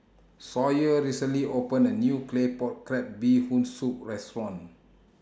Sawyer recently opened A New Claypot Crab Bee Hoon Soup Restaurant